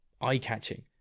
eye-catching